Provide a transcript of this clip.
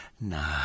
No